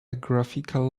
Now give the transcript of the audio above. graphical